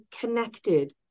connected